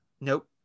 nope